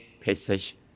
passage